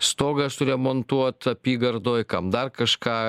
stogą suremontuot apygardoj kam dar kažką